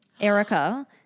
Erica